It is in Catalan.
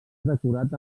decorat